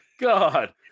God